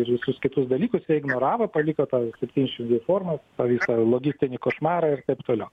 ir visus kitus dalykus jie ignoravo paliko tas septyniasdešimt dvi formas paliko logistinį košmarą ir taip toliau